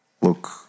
look